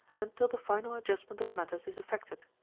untu the final adjustment of matters is effected.